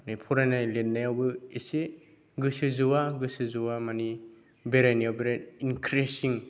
बे फरायनाय लिरनायावबो एसे गोसो ज'आ गोसो ज'आ मानि बेरायनायाव इनक्रिजिं